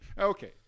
Okay